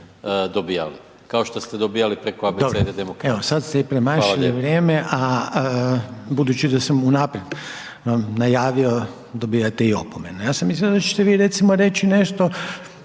dobivali, kao što ste dobivali preko Abecede demokracije.